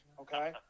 okay